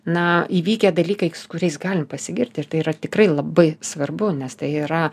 na įvykę dalykai kuriais galim pasigirt ir tai yra tikrai labai svarbu nes tai yra